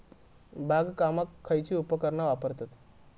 बागकामाक खयची उपकरणा वापरतत?